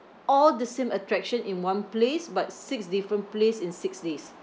all the same attraction in one place but six different place in six days